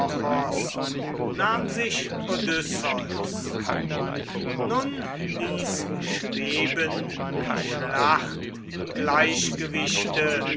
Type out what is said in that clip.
vor allen nun ließ schweben die schlacht im gleichgewichte